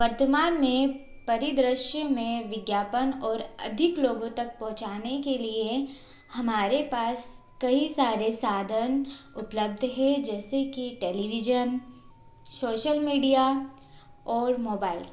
वर्तमान में परिदृश्य में विज्ञापन और अधिक लोगों तक पहुँचने के लिए हमारे पास कई सारे साधन उपलब्ध है जैसे कि टेलीविजन सोशल मीडिया और मोबाइल